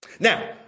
now